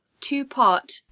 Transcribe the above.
two-part